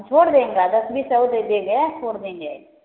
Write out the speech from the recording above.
छोड़ देंगे दस बीस और दे देना छोड़ देंगे हम